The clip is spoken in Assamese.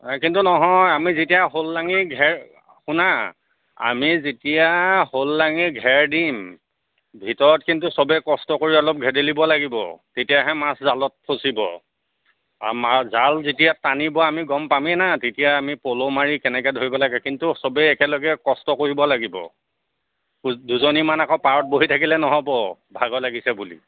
এই কিন্তু নহয় আমি যেতিয়া শ'ল লাঙি ঘেৰ শুনা আমি যেতিয়া শ'ল লাঙিৰ ঘেৰ দিম ভিতৰত কিন্তু সবেই কষ্ট কৰি অলপ ঘেদেলিব লাগিব তেতিয়াহে মাছ জালত ফচিব আৰু মাছ জাল যেতিয়া টানিব আমি গম পামেই না তেতিয়া আমি প'ল' মাৰি কেনেকৈ ধৰিব লাগে কিন্তু সবেই একেলগে কষ্ট কৰিব লাগিব দুজনীমান আকৌ পাৰত বহি থাকিলে নহ'ব ভাগৰ লাগিছে বুলি